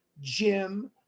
Jim